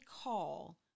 call